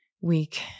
week